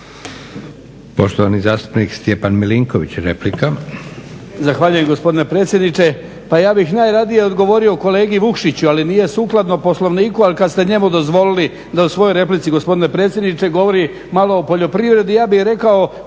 Poštovani zastupnik Stjepan Milinković replika.